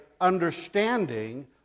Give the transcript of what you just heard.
understanding